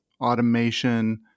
automation